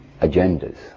agendas